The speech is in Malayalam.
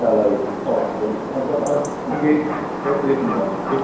കാലായിൽ ഓക്കെ അവിടെ ആ ഗേറ്റ് പേരെഴുതീട്ടുണ്ടോ ഗേറ്റ്